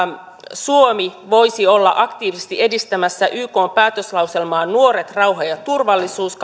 suomi voisi olla aktiivisesti edistämässä ykn päätöslauselmaa kaksituhattakaksisataaviisikymmentä nuoret rauha ja turvallisuus